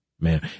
Man